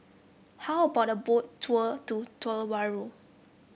how about a Boat Tour to Tuvalu